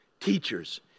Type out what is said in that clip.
Teachers